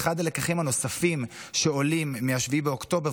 ואחד הלקחים הנוספים שעולים מ-7 באוקטובר,